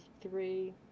three